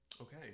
Okay